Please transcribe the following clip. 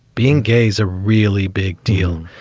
being gay is a really big deal.